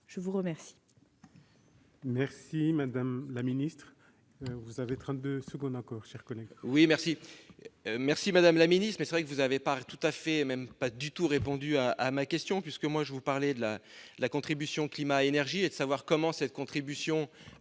Je vous remercie